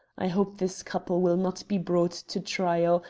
i hope this couple will not be brought to trial,